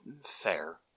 Fair